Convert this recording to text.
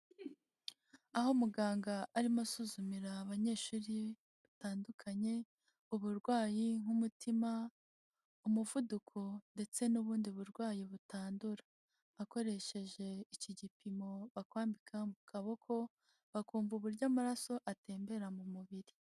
Aho muganga arimo asuzumira abanyeshuri batandukanye uburwayi nk'umutima, umuvuduko ndetse n'ubundi burwayi butandura. Akoresheje iki gipimo bakwambika mu kaboko bakumva uburyo amaraso atembera mu mubiri.